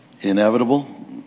inevitable